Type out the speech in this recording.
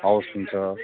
हवस् हुन्छ